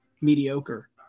mediocre